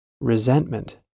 Resentment